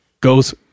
Goes